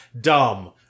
Dumb